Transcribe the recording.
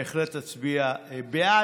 בהחלט אצביע בעד.